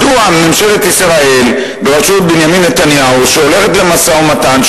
מדוע ממשלת ישראל בראשות בנימין נתניהו שהולכת למשא-ומתן,